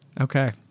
Okay